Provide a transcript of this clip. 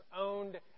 owned